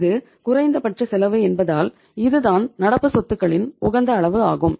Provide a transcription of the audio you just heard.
இது குறைந்தபட்ச செலவு என்பதால் இது தான் நடப்பு சொத்துகளின் உகந்த அளவு ஆகும்